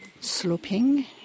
sloping